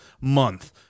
month